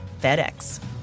FedEx